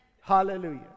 hallelujah